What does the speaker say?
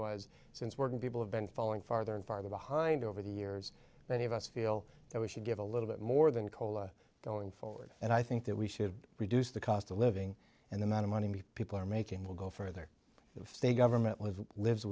was since working people have been falling farther and farther behind over the years many of us feel that we should give a little bit more than cola going forward and i think that we should reduce the cost of living and amount of money people are making will go further if they government live lives